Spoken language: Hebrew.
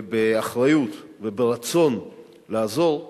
ובאחריות וברצון לעזור,